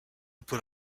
pull